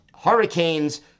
Hurricanes